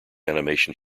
animation